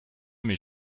mais